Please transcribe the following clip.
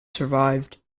survived